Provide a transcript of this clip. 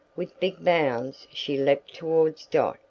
with big bounds she leapt towards dot,